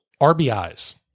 RBIs